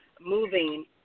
moving